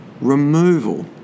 removal